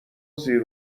زیر